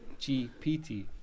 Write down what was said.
GPT